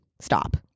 stop